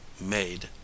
Made